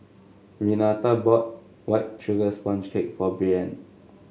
Renata bought White Sugar Sponge Cake for Breann